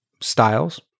styles